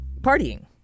partying